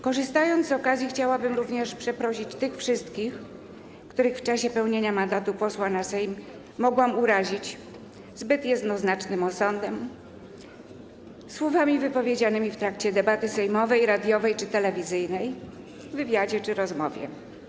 Korzystając z okazji, chciałabym również przeprosić tych wszystkich, których w czasie wypełniania mandatu posła na Sejm mogłam urazić zbyt jednoznacznym osądem, słowami wypowiedzianymi w trakcie debaty sejmowej, radiowej czy telewizyjnej, w wywiadzie czy rozmowie.